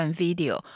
video